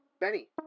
Benny